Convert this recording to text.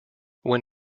when